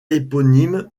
éponyme